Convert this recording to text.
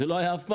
זה לא היה פעם.